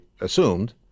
assumed